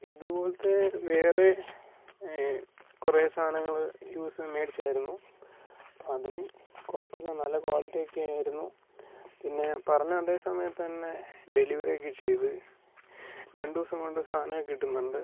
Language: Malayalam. ഇതുപോലത്തെ വേറെ കുറേ സാധനങ്ങൾ യൂസ് മേടിച്ചായിരുന്നു അതും കുഴപ്പം ഇല്ല നല്ല ക്വാളിറ്റി ഒക്കെ ആയിരുന്നു പിന്നെ പറഞ്ഞ അതേ സമയത്ത് തന്നെ ഡെലിവെറിയൊക്ക ചെയ്തു രണ്ട് ദിവസം കൊണ്ട് സാധനം കിട്ടുന്നുണ്ട്